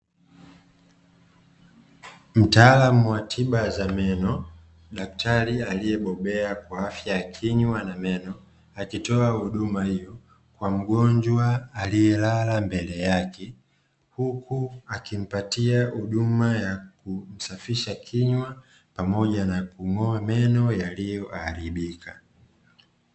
Mtaalam wa tiba za meno. Daktari aliyebobea kwa afya ya kinywa na meno, akitoa huduma hiyo kwa mgonjwa aliyelala mbele yake, huku akimpatia huduma ya kusafisha kinywa pamoja na kung'oa meno yaliyoharibika.